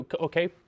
okay